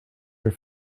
your